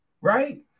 right